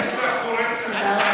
צריך להעביר לוועדת הפנים, לא,